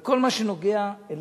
רק כל מה שנוגע אליהם,